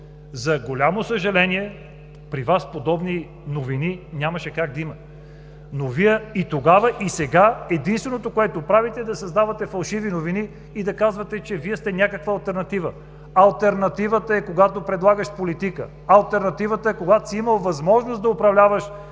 За голямо съжаление при Вас подобни новини нямаше как да има, но Вие и тогава, и сега единственото, което правите, е да създавате фалшиви новини и да казвате, че Вие сте някаква алтернатива. Алтернативата е, когато предлагаш политика. Алтернативата е, когато си имал възможност да управляваш,